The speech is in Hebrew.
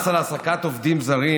מס על העסקת עובדים זרים